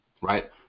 right